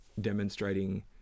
demonstrating